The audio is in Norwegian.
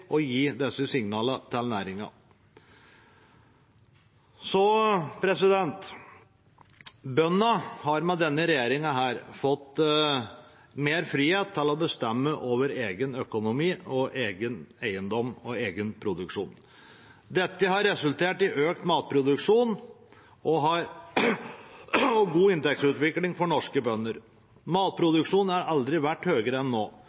å gi disse signalene til næringen. Bøndene har med denne regjeringen fått større frihet til å bestemme over egen økonomi, egen eiendom og egen produksjon. Dette har resultert i økt matproduksjon og god inntektsutvikling for norske bønder. Matproduksjonen har aldri vært større enn nå.